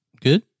Good